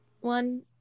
one